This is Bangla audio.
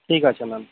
ঠিক আছে ম্যাম